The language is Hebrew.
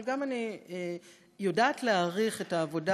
אבל גם אני יודעת להעריך את העבודה